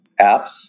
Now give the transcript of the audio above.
apps